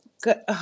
good